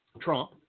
Trump